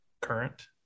current